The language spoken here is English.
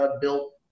built